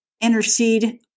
intercede